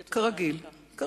כרגיל.